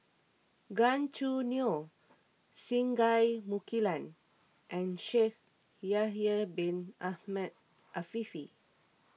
Gan Choo Neo Singai Mukilan and Shaikh Yahya Bin Ahmed Afifi